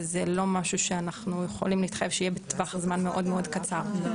וזה לא משהו שאנחנו יכולים להתחייב שיהיה בטווח זמן מאוד מאוד קצר.